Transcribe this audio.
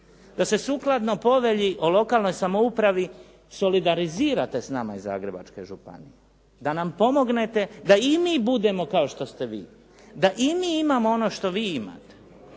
da se sukladno povelji o lokalnoj samoupravi solidarizirate s nama iz Zagrebačke županije, da nam pomognete da i mi budemo kao što ste vi. Da i mi imamo ono što vi imate,